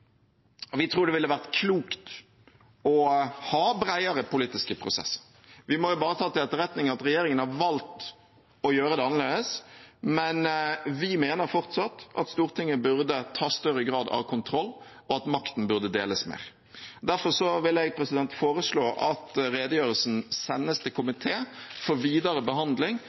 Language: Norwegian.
Vi tror det ville vært klokt å ha bredere politiske prosesser. Vi må jo bare ta til etterretning at regjeringen har valgt å gjøre det annerledes, men vi mener fortsatt at Stortinget burde ta større grad av kontroll, og at makten burde deles mer. Derfor vil jeg foreslå at redegjørelsen sendes til en komité for videre behandling,